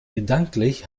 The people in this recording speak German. gedanklich